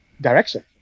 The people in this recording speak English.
direction